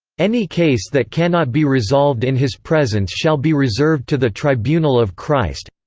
any case that cannot be resolved in his presence shall be reserved to the tribunal of christ